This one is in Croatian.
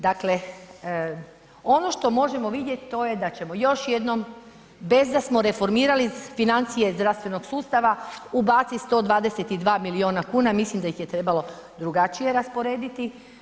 Dakle, ono što možemo vidjeti, to je da ćemo još jednom bez da smo reformirali financije zdravstvenog sustava ubaciti 122 milijuna kuna, mislim da ih je trebalo drugačije rasporediti.